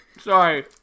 Sorry